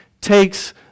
takes